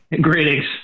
Greetings